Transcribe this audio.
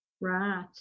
Right